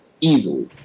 easily